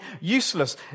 useless